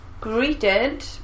greeted